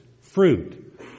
fruit